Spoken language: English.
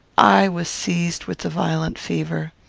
i was seized with a violent fever.